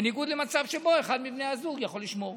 בניגוד למצב שבו אחד מבני הזוג יכול לשמור.